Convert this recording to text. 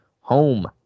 home